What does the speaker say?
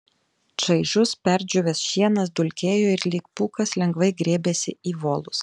čaižus perdžiūvęs šienas dulkėjo ir lyg pūkas lengvai grėbėsi į volus